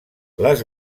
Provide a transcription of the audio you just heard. les